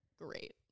great